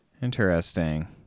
Interesting